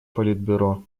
политбюро